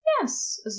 Yes